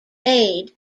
aid